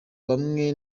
bamwe